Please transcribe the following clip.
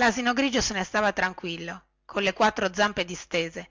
lasino grigio e se ne stava tranquillo colle quattro zampe distese